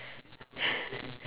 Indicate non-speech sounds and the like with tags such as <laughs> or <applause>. <laughs>